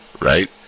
right